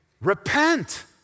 repent